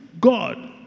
God